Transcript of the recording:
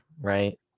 right